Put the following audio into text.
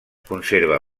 conserva